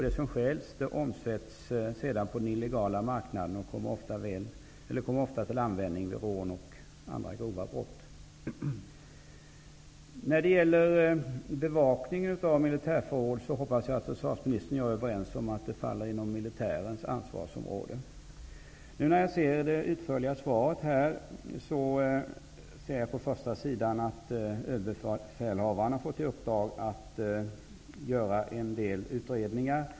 Det som stjäls omsätts sedan på den illegala marknaden och kommer ofta till användning vid rån och andra grova brott. När det gäller bevakning av militärförråd hoppas jag att försvarsministern och jag är överens om att det faller inom militärens ansvarsområde. I det utförliga svaret ser jag på första sidan att Överbefälhavaren har fått i uppdrag att göra en del utredningar.